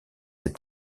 est